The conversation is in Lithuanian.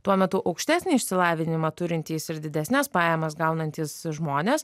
tuo metu aukštesnį išsilavinimą turintys ir didesnes pajamas gaunantys žmonės